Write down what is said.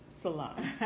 salon